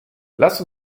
lass